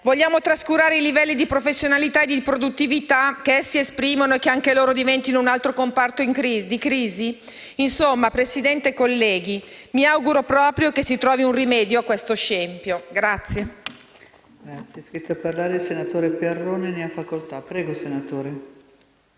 Vogliamo trascurare i livelli di professionalità e di produttività che essi esprimono e che anche loro diventino un altro comparto di crisi? Insomma, signora Presidente e colleghi, mi auguro proprio che si trovi un rimedio a questo scempio. PRESIDENTE.